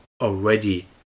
already